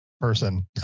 person